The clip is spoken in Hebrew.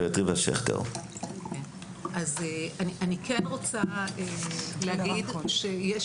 אני כן רוצה להגיד שיש